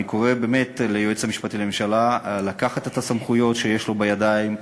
אני קורא באמת ליועץ המשפטי לממשלה לקחת את הסמכויות שיש לו בידיים,